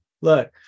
Look